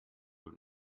have